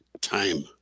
time